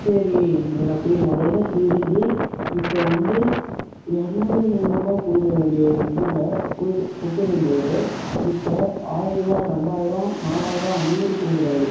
சரி இனிமேல் நான் குடிக்க மாட்டேன்னு திருந்தி இப்போது வந்து இரநூறு முந்நூறுபாய் கொடுக்க வேண்டிய இதில் குடுக்க கொடுத்துன்னு இருந்தவர் இப்போது ஆயிரம் ரெண்டாயிரம் நாலாயிரம் அந்த மாதிரி கொடுக்கிறாரு